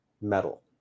metal